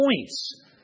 points